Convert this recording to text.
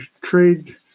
trade